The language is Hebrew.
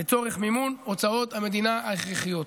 לצורך מימון הוצאות המדינה ההכרחיות.